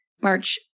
March